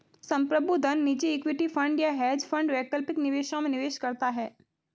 संप्रभु धन निजी इक्विटी फंड या हेज फंड वैकल्पिक निवेशों में निवेश करता है